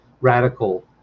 radical